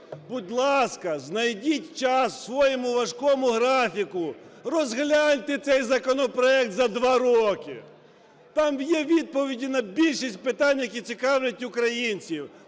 будь ласка, знайдіть час в своєму важкому графіку, розгляньте цей законопроект за 2 роки! Там є відповіді на більшість питань, які цікавлять українців.